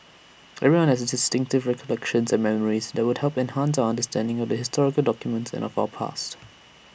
everyone has distinctive recollections and memories that would help enhance our understanding of the historical documents and of our past